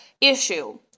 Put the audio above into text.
issue